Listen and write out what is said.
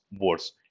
worse